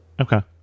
Okay